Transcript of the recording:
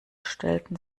stellten